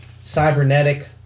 Cybernetic